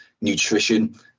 nutrition